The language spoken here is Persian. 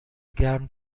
گرم